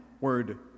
word